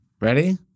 Ready